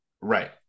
Right